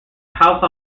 house